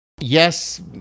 Yes